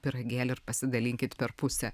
pyragėlį ir pasidalinkit per pusę